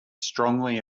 strongly